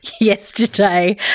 yesterday